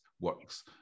works